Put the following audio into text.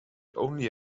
only